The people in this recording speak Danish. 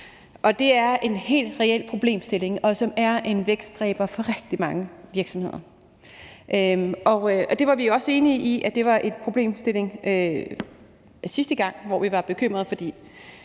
Det er en helt reel problemstilling, som er en vækstdræber for rigtig mange virksomheder. Vi var også enige om, at det var en problemstilling sidste gang. Der var vi bekymrede, fordi